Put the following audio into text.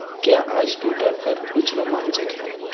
क्या आज ट्विटर पर कुछ रोमांचक हैं